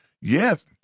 Yes